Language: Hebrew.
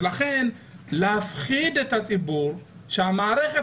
לכן להפחיד את הציבור ולומר לו שהמערכת